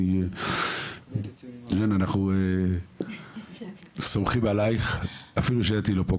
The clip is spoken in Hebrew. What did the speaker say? ז'נה, אנחנו סומכים עלייך אפילו כשאתי לא פה.